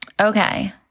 Okay